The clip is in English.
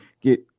get